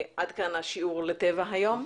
עד כאן שיעור הטבע היום.